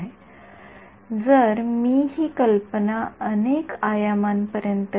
तर compressive sensing म्हणजे मी कमी नमुने असलेल्या डेटा मधून विरळ उपाय मिळविण्याचा प्रयत्न करीत आहे